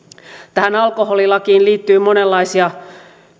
tähän alkoholilakiin liittyy monenlaisia